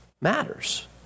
matters